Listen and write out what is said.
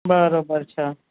બરાબર છે